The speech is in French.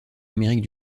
amérique